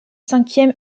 cinquième